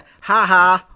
haha